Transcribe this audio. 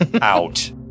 out